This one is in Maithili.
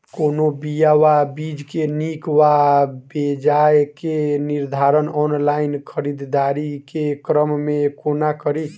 कोनों बीया वा बीज केँ नीक वा बेजाय केँ निर्धारण ऑनलाइन खरीददारी केँ क्रम मे कोना कड़ी?